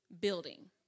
building